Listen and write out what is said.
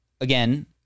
again